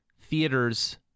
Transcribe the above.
theaters